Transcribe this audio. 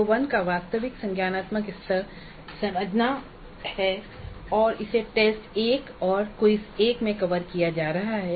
CO1 का वास्तविक संज्ञानात्मक स्तर समझना है और इसे टेस्ट 1 और क्विज़ 1 मे कवर किया जा रहा है